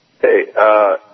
Hey